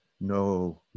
no